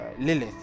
Lilith